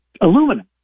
Aluminum